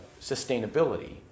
sustainability